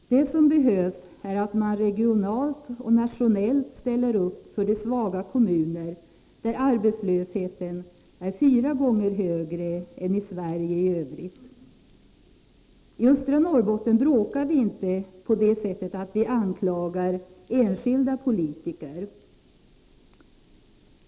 Det som behövs är att man regionalt och nationellt ställer upp för de svaga kommuner där arbetslösheten är fyra gånger högre än i Sverige i övrigt. I Östra Norrbotten bråkar vi inte på det sättet att vi anklagar enskilda politiker.